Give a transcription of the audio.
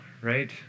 right